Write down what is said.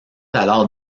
alors